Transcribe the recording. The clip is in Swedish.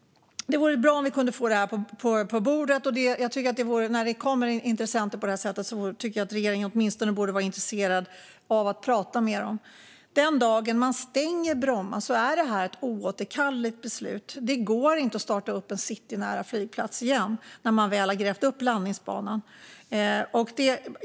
Det vore bra om vi kunde få detta på bordet. När det kommer intressenter på detta sätt tycker jag att regeringen åtminstone skulle vara intresserad av att prata med dem. Den dag man stänger Bromma är det ett oåterkalleligt beslut. Det går inte att starta en citynära flygplats igen när man väl har grävt upp landningsbanan.